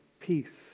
peace